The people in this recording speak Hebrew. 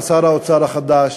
לשר האוצר החדש,